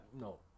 No